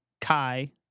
Kai